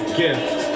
gift